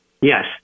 yes